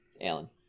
Alan